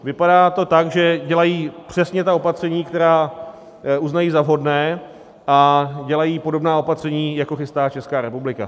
Vypadá to tak, že dělají přesně ta opatření, která uznají za vhodné, a dělají podobná opatření, jako chystá Česká republika.